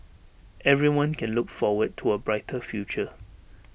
everyone can look forward to A brighter future